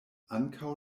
ankaŭ